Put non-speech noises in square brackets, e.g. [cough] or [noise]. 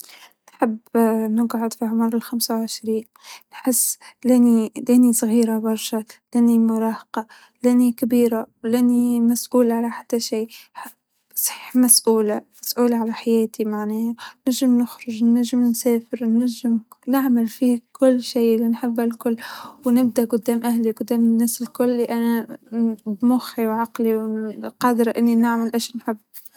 أظن إني راح أختار فترة الطفولة تبعي، الحمد لله أنا عشت طفولة مرة سعيدة، [hesitation] في ظل وجود [hesitation] والدي الله يرحمه ووالدتي الله يحفظها، [hesitation] بعتقد إنه هذه الفترة ال-الوحيدة في حياتي اللي ما كان عندي فيها مشاكل، فالحمد لله عليها لحظة الطفولة.